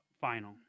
final